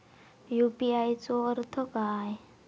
UPI चो पूर्ण अर्थ काय?